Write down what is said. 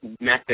method